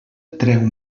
treu